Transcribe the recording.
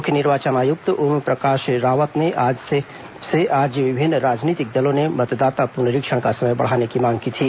मुख्य निर्वाचन आयुक्त ओमप्रकाश रावत से आज विभिन्न राजनीतिक दलों ने मतदाता पुनरीक्षण का समय बढ़ाने की मांग की थी